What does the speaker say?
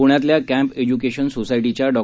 पृण्यातल्या camp education सोसायटीच्या डॉ